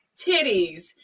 titties